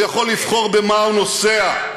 האם הוא יכול, הוא יכול לבחור במה הוא נוסע.